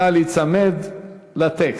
נא להיצמד לטקסט,